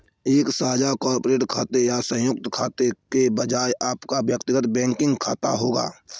एक साझा कॉर्पोरेट खाते या संयुक्त खाते के बजाय आपका व्यक्तिगत बैंकिंग खाता होगा